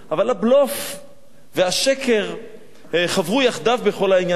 אבל הבלוף והשקר חברו יחדיו בכל העניין הזה.